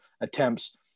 attempts